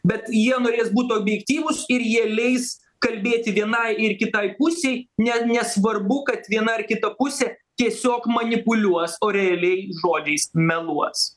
bet jie norės būt objektyvūs ir jie leis kalbėti vienai ir kitai pusei net nesvarbu kad viena ar kita pusė tiesiog manipuliuos o realiai žodžiais meluos